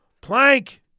Plank